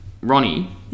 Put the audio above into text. Ronnie